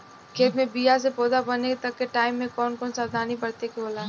खेत मे बीया से पौधा बने तक के टाइम मे कौन कौन सावधानी बरते के होला?